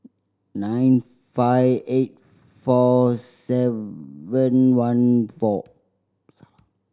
nine five eight four seven one four